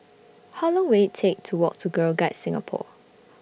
How Long Will IT Take to Walk to Girl Guides Singapore